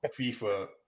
FIFA